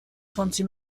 franzi